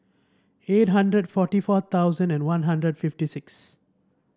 eight hundred forty four thousand and One Hundred fifty six